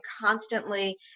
constantly